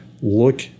look